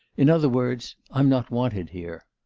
in other words, i'm not wanted here